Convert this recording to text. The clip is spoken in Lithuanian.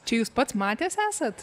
čia jūs pats matęs esat